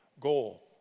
goal